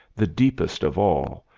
the deepest of all,